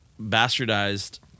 bastardized